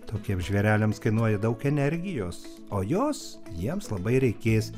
tokiems žvėreliams kainuoja daug energijos o jos jiems labai reikės